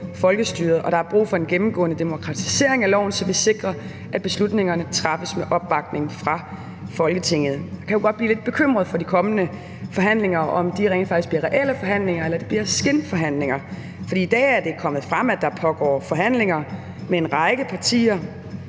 og der er brug for en gennemgående demokratisering af loven, så vi sikrer, at beslutningerne træffes med opbakning fra Folketinget. Man kan jo godt blive lidt bekymret for de kommende forhandlinger – om de rent faktisk bliver reelle forhandlinger, eller om det bliver skinforhandlinger. For i dag er det kommet frem, at der pågår forhandlinger med en række partier